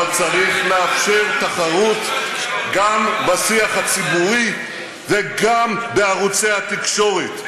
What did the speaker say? אבל צריך לאפשר תחרות גם בשיח הציבורי וגם בערוצי התקשורת.